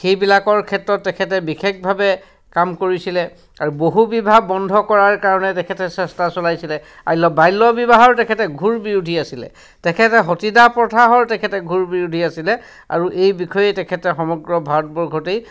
সেইবিলাকৰ ক্ষেত্ৰত তেখেতে বিশেষভাৱে কাম কৰিছিলে আৰু বহুবিবাহ বন্ধ কৰাৰ কাৰণে তেখেতে চেষ্টা চলাইছিলে আল্য বাল্যবিবাহৰো তেখেতে ঘোৰ বিৰোধী আছিলে তেখেতে সতীদাহ প্ৰথাৰ তেখেতে ঘোৰ বিৰোধী আছিলে আৰু এই বিষয়ে তেখেতে সমগ্ৰ ভাৰতবৰ্ষতেই